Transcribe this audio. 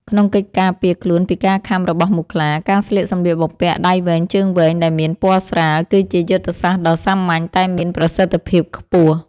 ក្នុងកិច្ចការពារខ្លួនពីការខាំរបស់មូសខ្លា ការស្លៀកសម្លៀកបំពាក់ដៃវែងជើងវែងដែលមានពណ៌ស្រាល គឺជាយុទ្ធសាស្ត្រដ៏សាមញ្ញតែមានប្រសិទ្ធភាពខ្ពស់។